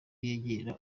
yegera